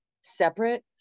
separate